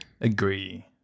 agree